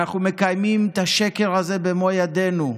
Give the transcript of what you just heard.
אנחנו מקיימים את השקר הזה במו ידינו.